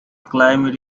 climate